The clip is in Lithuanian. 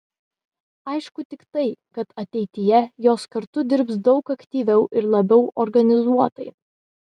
aišku tik tai kad ateityje jos kartu dirbs daug aktyviau ir labiau organizuotai